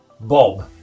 Bob